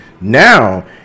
Now